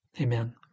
Amen